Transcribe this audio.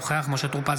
אינו נוכח משה טור פז,